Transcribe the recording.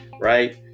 right